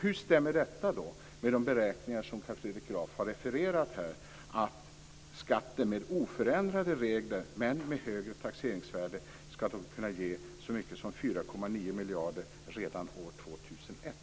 Hur stämmer detta med de beräkningar som Carl Fredrik Graf har refererat, att skatten med oförändrade regler men med högre taxeringsvärde ska kunna ge så mycket som 4,9 miljarder redan år 2001?